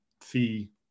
fee